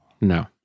No